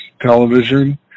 Television